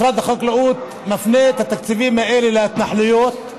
משרד החקלאות מפנה את התקציבים האלה להתנחלויות.